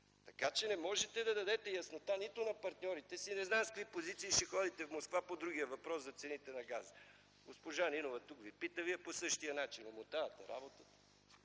Така че не можете да дадете яснота на партньорите си. Не знам с какви позиции ще ходите в Москва по другия въпрос за цените на газа. Госпожа Нинова тук Ви пита, Вие по същия начин – омотавате работата.